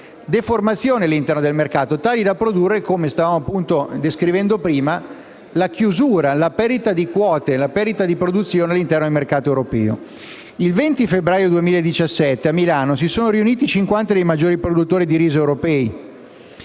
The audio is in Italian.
deformazioni all'interno del mercato tali da produrre - come ho già anticipato - la chiusura, la perdita di quote e di produzione all'interno del mercato europeo. Il 20 febbraio 2017, a Milano, si sono riuniti 50 dei maggiori produttori di riso europei